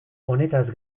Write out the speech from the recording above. honetaz